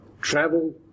travel